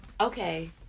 Okay